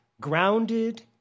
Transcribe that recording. grounded